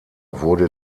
wurde